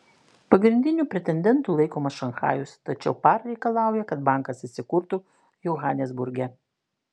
pagrindiniu pretendentu laikomas šanchajus tačiau par reikalauja kad bankas įsikurtų johanesburge